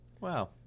Wow